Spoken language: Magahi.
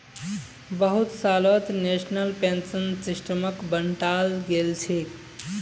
बहुत सालत नेशनल पेंशन सिस्टमक बंटाल गेलछेक